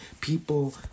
People